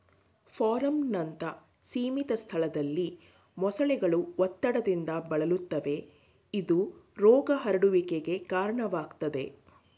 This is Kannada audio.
ಫಾರ್ಮ್ನಂತ ಸೀಮಿತ ಸ್ಥಳದಲ್ಲಿ ಮೊಸಳೆಗಳು ಒತ್ತಡದಿಂದ ಬಳಲುತ್ತವೆ ಇದು ರೋಗ ಹರಡುವಿಕೆಗೆ ಕಾರಣವಾಗ್ತದೆ